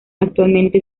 actualmente